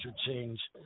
change